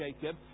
Jacob